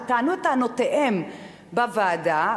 שטענו את טענותיהם בוועדה,